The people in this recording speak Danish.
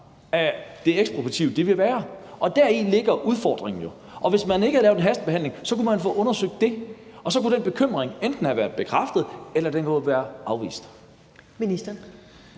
af det ekspropriative vil være. Og deri ligger udfordringen jo. Og hvis man ikke havde lavet en hastebehandling, havde man kunnet få undersøgt det, og så kunne den bekymring enten være blevet bekræftet eller afvist. Kl.